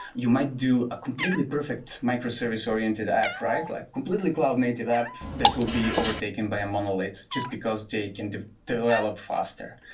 you might do a completely perfect microservice-oriented app, right? like completely cloud native app that will be overtaken by a monolith just because they can develop faster.